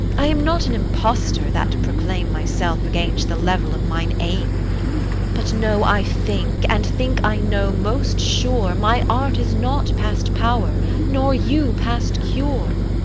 i am not an impostor, that proclaim myself against the level of mine aim but know i think, and think i know most sure, my art is not past power nor you past cure.